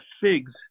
figs